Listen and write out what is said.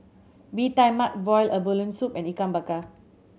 Bee Tai Mak boiled abalone soup and Ikan Bakar